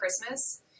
Christmas